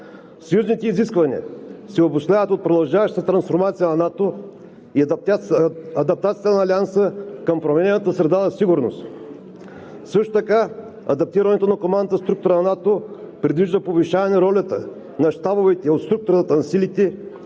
Съюзните изисквания се обосновават от продължаващата трансформация на НАТО и адаптацията на Алианса към променяната среда на сигурност. Също така адаптирането на командната структура на НАТО предвижда повишаване на ролята на щабовете от структурата на силите,